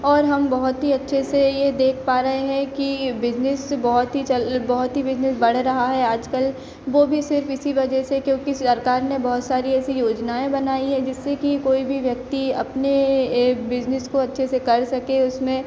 और हम बहुत ही अच्छे से ये देख पा रहे हैं कि बिज़नेस बहुत ही चल बहुत ही बिज़नेस बढ़ रहा है आजकल वो भी सिर्फ इसी वजह से क्योंकि सरकार ने बहुत सारी ऐसी योजनाएँ बनाई हैं जिससे कि कोई भी व्यक्ति अपने एक बिजनेस को अच्छे से कर सके उसमें